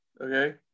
okay